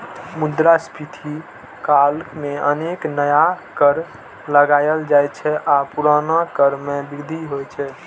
मुद्रास्फीति काल मे अनेक नया कर लगाएल जाइ छै आ पुरना कर मे वृद्धि होइ छै